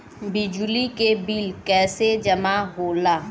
बिजली के बिल कैसे जमा होला?